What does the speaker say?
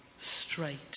straight